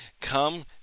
come